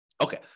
Okay